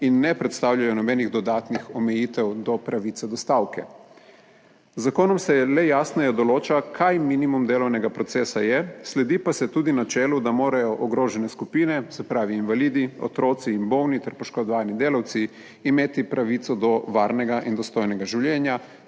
in ne predstavljajo nobenih dodatnih omejitev do pravice do stavke. Z zakonom se le jasneje določa, kaj minimum delovnega procesa je, sledi pa se tudi načelu, da morajo ogrožene skupine, se pravi, invalidi, otroci in bolni ter poškodovani delavci imeti pravico do varnega in dostojnega življenja